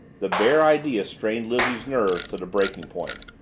the bare idea strained lizzie's nerves to the breaking point.